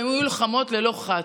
והן היו לוחמות ללא חת.